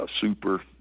super